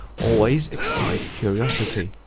always excite curiosity.